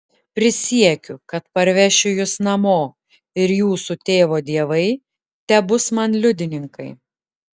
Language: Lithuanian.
prisiekiu kad parvešiu jus namo ir jūsų tėvo dievai tebus man liudininkai